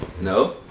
No